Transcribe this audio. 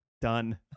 done